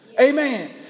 Amen